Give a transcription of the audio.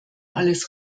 alles